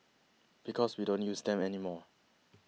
because we don't use them any more